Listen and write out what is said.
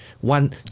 one